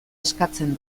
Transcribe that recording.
eskatzen